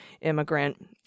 immigrant